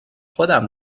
خودمو